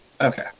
Okay